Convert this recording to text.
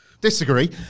disagree